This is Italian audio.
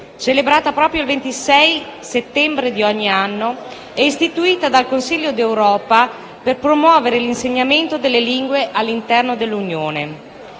celebrata proprio il 26 settembre di ogni anno e istituita dal Consiglio d'Europa per promuovere l'insegnamento delle lingue all'interno dell'Unione.